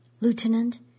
Lieutenant